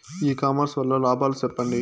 ఇ commerce వల్ల లాభాలు సెప్పండి?